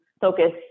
focus